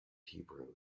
hebrew